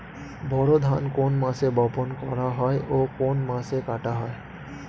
বোরো ধান কোন মাসে বপন করা হয় ও কোন মাসে কাটা হয়?